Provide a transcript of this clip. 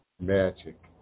magic